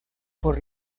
por